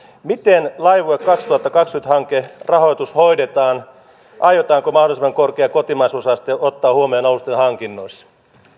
miten laivue kaksituhattakaksikymmentä hankkeen rahoitus hoidetaan aiotaanko mahdollisimman korkea kotimaisuusaste ottaa huomioon alusten hankinnoissa